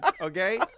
Okay